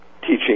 teaching